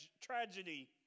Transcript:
tragedy